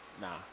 Nah